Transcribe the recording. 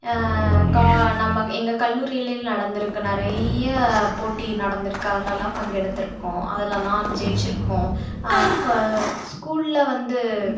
கா நம்ம எங்கே கல்லூரிகளில் நடந்திருக்கு நிறையா போட்டி நடந்திருக்கு அதுலெலாம் பங்கெடுத்துருக்கோம் அதுலெலாம் ஜெயிச்சுருக்கோம் க ஸ்கூலில் வந்து